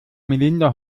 melinda